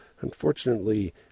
Unfortunately